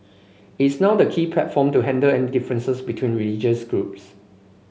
it's now the key platform to handle any differences between religious groups